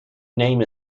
name